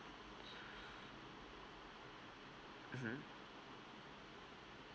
mmhmm